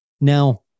Now